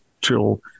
till